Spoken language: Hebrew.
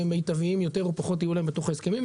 מיטביים יותר או פחות יהיו להם בתוך ההסכמים.